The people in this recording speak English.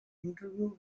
interview